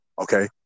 okay